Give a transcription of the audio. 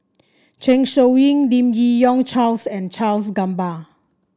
Zeng Shouyin Lim Yi Yong Charles and Charles Gamba